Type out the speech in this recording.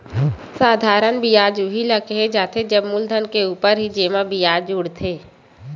साधारन बियाज उही ल केहे जाथे जब मूलधन के ऊपर ही जेमा बियाज जुड़थे